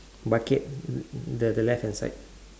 bucket the the left hand side